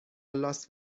لاس